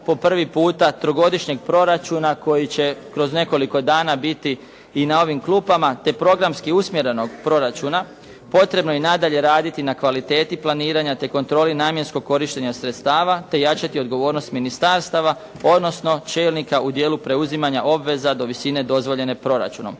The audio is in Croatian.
po prvi puta trogodišnjeg proračuna, koji će kroz nekoliko dana biti i na ovim klupama, te programski usmjerenog proračuna potrebno je i nadalje raditi na kvaliteti planiranja te kontroli namjenskog korištenja sredstava te jačati odgovornost ministarstava, odnosno čelnika u dijelu preuzimanja obveza do visine dozvoljene proračunom,